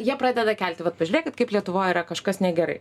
jie pradeda kelti vat pažiūrėkit kaip lietuvoj yra kažkas negerai